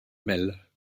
mêle